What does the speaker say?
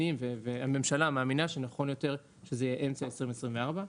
הממשלה מאמינה שנכון יותר שזה יהיה אמצע 2024,